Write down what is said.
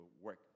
work